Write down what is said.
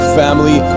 family